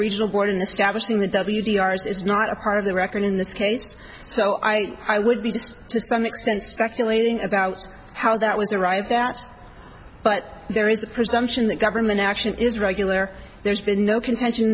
regional board in establishing the w t r's is not a part of the record in this case so i i would be just to some extent speculating about how that was arrived that but there is a presumption that government action is regular there's been no contention